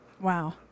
Wow